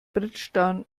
bridgetown